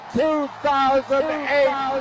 2008